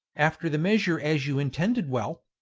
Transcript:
after the measure as you intended well.